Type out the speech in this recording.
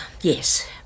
yes